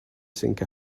sink